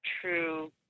true